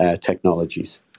technologies